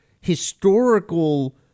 historical